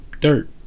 dirt